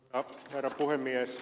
herra puhemies